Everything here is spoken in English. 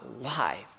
life